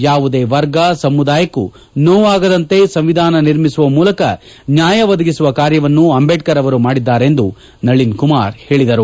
ಯಾವುದೇ ವರ್ಗ ಸಮುದಾಯಕೂ ನೋವು ಆಗದಂತೆ ಸಂವಿಧಾನ ನಿರ್ಮಿಸುವ ಮೂಲಕ ನ್ನಾಯ ಒದಗಿಸುವ ಕಾರ್ಯವನ್ನು ಅಂಬೇಡರ್ ಅವರು ಮಾಡಿದ್ದಾರೆಂದು ನಳನ್ಕುಮಾರ್ ಹೇಳಿದರು